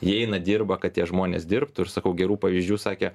jie eina dirba kad tie žmonės dirbtų ir sakau gerų pavyzdžių sakė